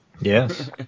Yes